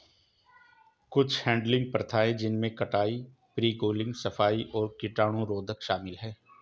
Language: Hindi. कुछ हैडलिंग प्रथाएं जिनमें कटाई, प्री कूलिंग, सफाई और कीटाणुशोधन शामिल है